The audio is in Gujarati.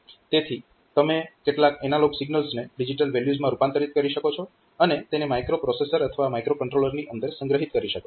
તેથી તમે કેટલાક એનાલોગ સિગ્નલ્સને ડિજીટલ વેલ્યુઝમાં રૂપાંતરીત કરી શકો છો અને તેને માઇક્રોપ્રોસેસર અથવા માઇક્રોકંટ્રોલરની અંદર સંગ્રહિત કરી શકો છો